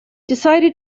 decided